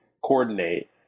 coordinate